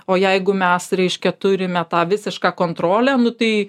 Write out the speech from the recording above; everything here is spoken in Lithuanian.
o jeigu mes reiškia turime tą visišką kontrolę nu tai